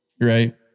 right